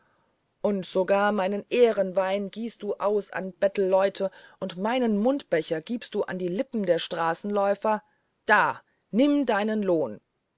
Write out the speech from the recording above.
und sogar meinen ehrenwein gießest du aus an bettelleute und meinen mundbecher gibst du an die lippen der straßenläufer da nimm deinen lohn